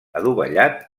adovellat